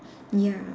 ya